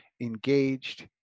engaged